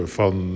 van